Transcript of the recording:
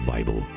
Bible